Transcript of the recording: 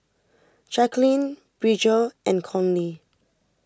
Jacqueline Bridger and Conley